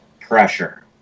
pressure